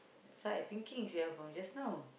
that's why I thinking sia from just now